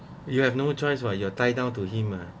you have no choice [what] you have to tie down to him uh